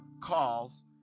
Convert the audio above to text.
calls